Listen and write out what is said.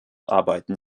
arbeiten